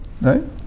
right